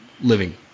living